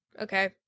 Okay